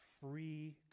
free